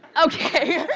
ok.